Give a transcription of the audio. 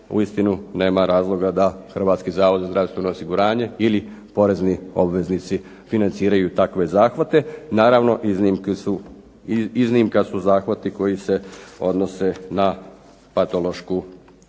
Uistinu nema razloga da Hrvatski zavod za zdravstveno osiguranje ili porezni obveznici financiraju takve zahvate. Naravno iznimka su zahvati koji se odnose na patološku